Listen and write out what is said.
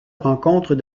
rencontre